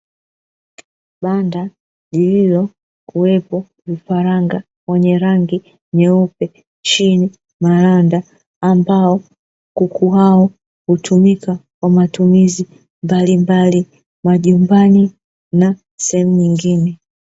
Banda lililokuwepo vifaranga wenye rangi nyeupe chini maranda, ambao kuku hao hutumika kwa matumizi mbalimbali kwa nyumbani na sehemu nyingine.